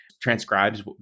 transcribes